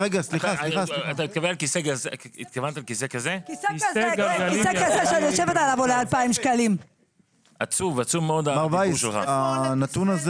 הנתון הזה